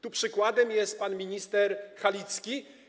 Tu przykładem jest pan minister Halicki.